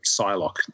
Psylocke